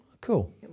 Cool